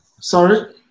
Sorry